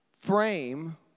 frame